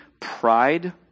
pride